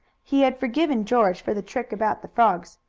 he had forgiven george for the trick about the frogs.